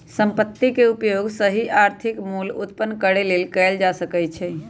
संपत्ति के उपयोग सही आर्थिक मोल उत्पन्न करेके लेल कएल जा सकइ छइ